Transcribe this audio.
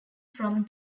from